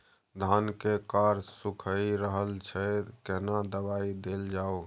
धान के कॉर सुइख रहल छैय केना दवाई देल जाऊ?